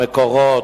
"מקורות",